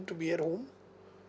to be at home